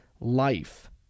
life